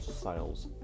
sales